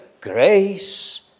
grace